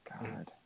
God